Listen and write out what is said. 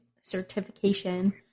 certification